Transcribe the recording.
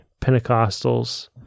Pentecostals